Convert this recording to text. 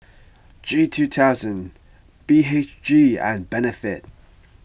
G two thousand B H G and Benefit